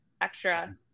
extra